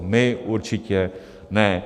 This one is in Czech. My určitě ne.